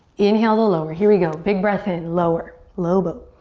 inhale to lower. here we go. big breath in lower, low boat.